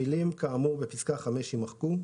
המילים "כאמור בפסקה (5)" יימחקו.